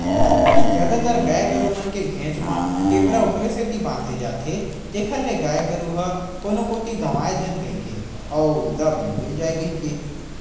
जादातर गाय गरु मन के घेंच म टेपरा ओखरे सेती बांधे जाथे जेखर ले गाय गरु ह कोनो कोती गंवाए झन कहिके अउ रब ले मिल जाय कहिके